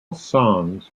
songs